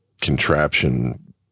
contraption